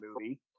movie